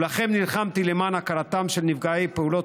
ולכן נלחמתי למען הכרתם של נפגעי פעולות